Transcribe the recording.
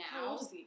now